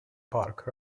park